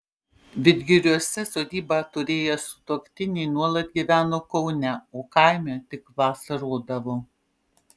vidgiriuose sodybą turėję sutuoktiniai nuolat gyveno kaune o kaime tik vasarodavo